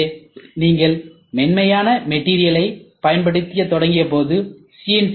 எனவே நீங்கள் மென்மையான மெட்டீரியல்ஐ பயன்படுத்தத் தொடங்கியபோது சி